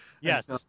Yes